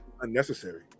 unnecessary